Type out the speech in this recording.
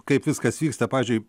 kaip viskas vyksta pavyzdžiui